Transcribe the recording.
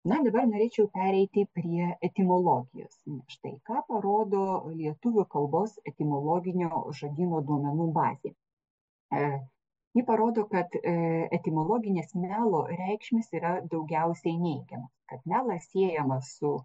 na dabar norėčiau pereiti prie etimologijos štai ką parodo lietuvių kalbos etimologinio žodyno duomenų bazė ji parodo kad etimologinės melo reikšmės yra daugiausiai neigiam kad melas siejamas su